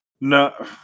No